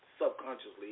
subconsciously